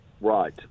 Right